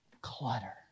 clutter